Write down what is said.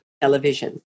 television